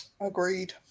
agreed